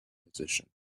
position